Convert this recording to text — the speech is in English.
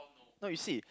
no you see